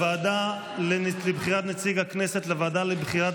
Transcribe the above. לוועדה לבחירת נציג הכנסת לוועדה לבחירת